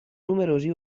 numerosi